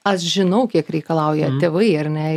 aš žinau kiek reikalauja tėvai ar ne